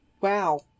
Wow